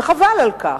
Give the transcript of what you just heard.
וחבל על כך,